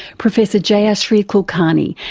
professor jayashri kulkarni,